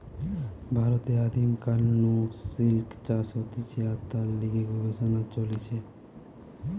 ভারতে আদিম কাল নু সিল্ক চাষ হতিছে আর তার লিগে গবেষণা চলিছে